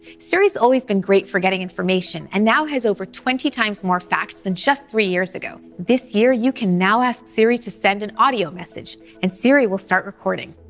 siri has always been great for getting information and now has over twenty times more facts than just three years ago. this year you can now ask siri to send an audio message and siri will start recording.